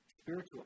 spiritual